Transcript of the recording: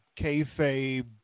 kayfabe